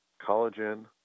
collagen